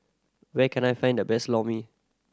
where can I find the best Lor Mee